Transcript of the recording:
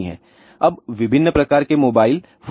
अब विभिन्न प्रकार के मोबाइल फोन जैमर हो सकते हैं